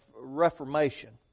reformation